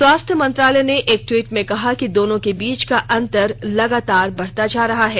स्वास्थ्य मंत्रालय ने एक ट्वीट में कहा कि दोनों के बीच का अंतर लगातार बढ़ता जा रहा है